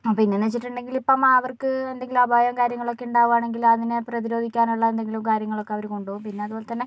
പിന്നെന്ന് വെച്ചിട്ടുണ്ടെങ്കിൽ ഇപ്പം അവർക്ക് എന്തെങ്കിലും അപായം കാര്യങ്ങളൊക്കെ ഉണ്ടാവുകയാണെങ്കിൽ അതിന് പ്രതിരോധിക്കാനുള്ള എന്തെങ്കിലും കാര്യങ്ങളൊക്കെ അവർ കൊണ്ടുപോകും പിന്നെ അതുപോലെതന്നെ